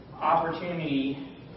opportunity